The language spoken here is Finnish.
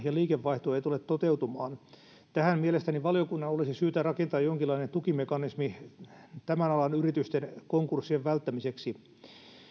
ja liikevaihto ei tule toteutumaan tähän mielestäni valiokunnan olisi syytä rakentaa jonkinlainen tukimekanismi tämän alan yritysten konkurssien välttämiseksi